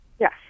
Yes